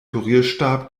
pürierstab